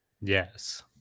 yes